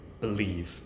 believe